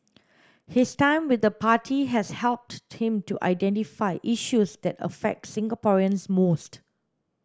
his time with the party has helped him to identify issues that affect Singaporeans most